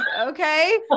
Okay